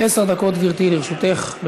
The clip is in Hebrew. עשר דקות, גברתי, לרשותך.